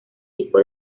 tipo